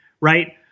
Right